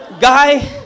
guy